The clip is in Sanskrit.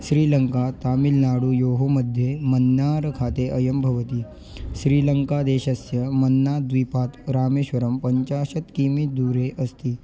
श्रीलङ्कातामिल्नाडुयोः मध्ये मन्नार् खाते अयं भवति श्रीलङ्कादेशस्य मन्नाद्वीपात् रामेश्वरं पञ्चाशत् कि मी दूरे अस्ति